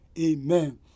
Amen